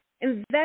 invest